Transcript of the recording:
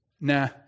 nah